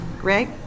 Greg